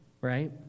Right